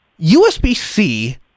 USB-C